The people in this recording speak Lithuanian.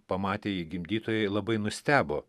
pamatę jį gimdytojai labai nustebo